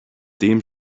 dem